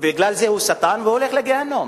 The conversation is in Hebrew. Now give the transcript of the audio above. בגלל זה הוא שטן והולך לגיהינום,